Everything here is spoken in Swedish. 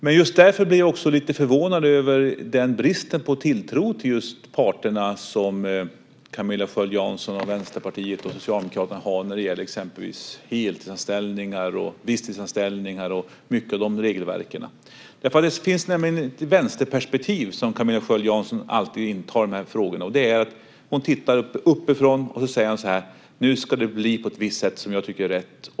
Men just därför blir jag också lite förvånad över den brist på tilltro till parterna som Camilla Sköld Jansson, Vänsterpartiet och Socialdemokraterna har när det gäller exempelvis heltidsanställningar, visstidsanställningar och mycket av de regelverken. Det finns nämligen ett vänsterperspektiv som Camilla Sköld Jansson alltid intar i de här frågorna. Det innebär att hon tittar uppifrån och säger så här: Nu ska det bli på ett visst sätt som jag tycker är rätt.